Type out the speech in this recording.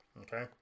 okay